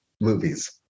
Movies